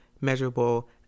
measurable